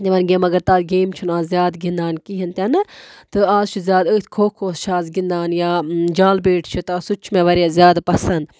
تِمَن گیمہٕ مگر تَتھ گیم چھُنہٕ اَز زیادٕ گِنٛدان کِہیٖنٛۍ تہِ نہٕ تہٕ اَز چھُ زیادٕ أتھۍ کھو کھَس چھِ اَز گِنٛدان یا جال بیٹ چھُ تہٕ سُہ تہِ چھُ مےٚ واریاہ زیادٕ پَسنٛد